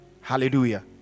Hallelujah